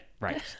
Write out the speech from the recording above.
right